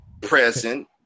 present